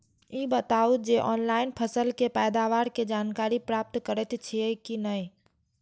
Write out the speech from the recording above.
ई बताउ जे ऑनलाइन फसल के पैदावार के जानकारी प्राप्त करेत छिए की नेय?